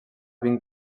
vint